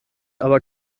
aber